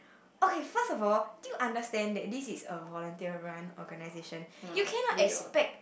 okay first of all do you understand that this is a volunteer run organisation you cannot expect